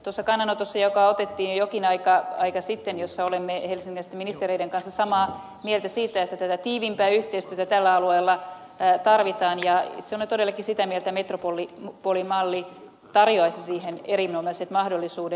tuossa kannanotossa joka otettiin jo jokin aika sitten jossa olemme helsinkiläisten ministereiden kanssa samaa mieltä siitä että tiiviimpää yhteistyötä tällä alueella tarvitaan ja itse olen todellakin sitä mieltä että metropoli malli tarjoaisi siihen erinomaiset mahdollisuudet